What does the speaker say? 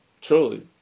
truly